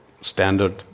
standard